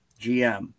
gm